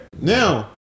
Now